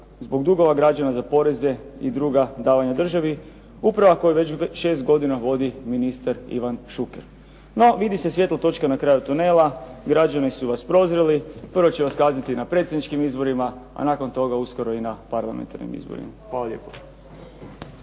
zbog dugova građana za poreze i druga davanja državi, uprava koju već šest godina vodi ministar Ivan Šuker. No, vidi se svjetla točka na kraju tunela, građani su vas prozreli. Prvo će vas kazniti na predsjedničkim izborima, a nakon toga uskoro i na parlamentarnim izborima. Hvala lijepo.